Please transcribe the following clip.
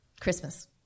Christmas